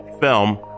film